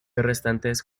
restantes